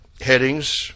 headings